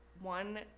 one